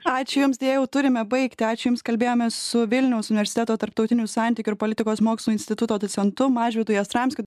ačiū jums deja jau turime baigti ačiū jums kalbėjomės su vilniaus universiteto tarptautinių santykių ir politikos mokslų instituto docentu mažvydu jastramskiu